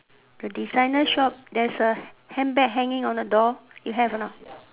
the designer shop there is a handbag hanging on the door you have or not